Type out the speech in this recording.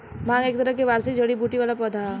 भांग एक तरह के वार्षिक जड़ी बूटी वाला पौधा ह